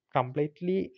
Completely